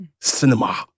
cinema